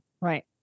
right